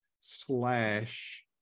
slash